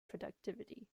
productivity